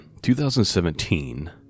2017